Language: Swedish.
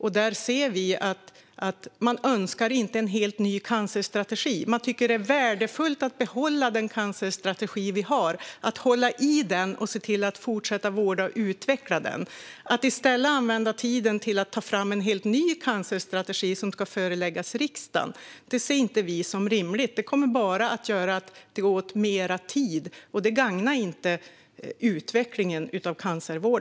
Vi ser att man inte önskar en helt ny cancerstrategi. Man tycker att det är värdefullt att hålla i den cancerstrategi vi har och att se till att fortsätta vårda och utveckla den. Att i stället använda tiden till att ta fram en helt ny cancerstrategi som ska föreläggas riksdagen ser vi inte som rimligt. Det kommer bara att leda till att det går åt mer tid. Det gagnar inte utvecklingen av cancervården.